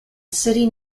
city